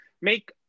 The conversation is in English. make